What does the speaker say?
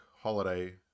holiday